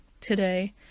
today